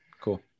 Cool